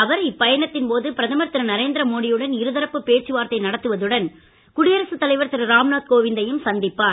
அவர் இப்பயணத்தின் போது பிரதமர் திரு நரேந்திரமோடியுடன் இருதரப்பு பேச்சு வார்த்தை நடத்துவதுடன் குடியரசு தலைவர் திரு ராம்நாத் கோவிந்தையும் சந்திப்பார்